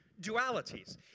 dualities